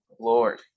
Lord